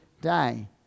day